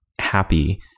happy